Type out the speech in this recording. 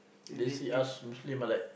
they see us Muslim are like